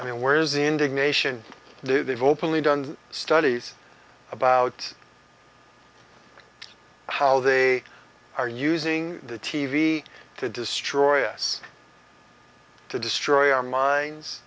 i mean where is indignation they've openly done studies about how they are using the t v to destroy us to destroy our